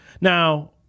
Now